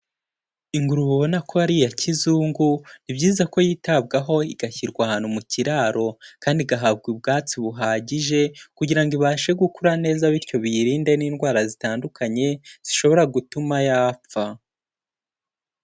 Ingurube ubona ko ari iya kizungu, ni byiza ko yitabwaho igashyirwa ahantu mu kiraro kandi igahabwa ubwatsi buhagije, kugira ngo ibashe gukura neza bityo biyirinde n'indwara zitandukanye, zishobora gutuma yapfa.